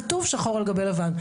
כתוב שחור על גבי לבן.